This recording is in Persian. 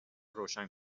روشن